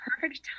perfect